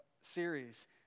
series